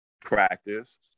practice